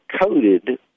coated